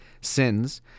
sins